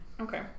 okay